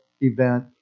event